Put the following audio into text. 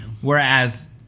Whereas